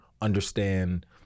understand